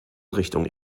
richtung